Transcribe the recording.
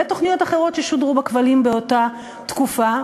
תוכניות אחרות ששודרו בכבלים באותה תקופה.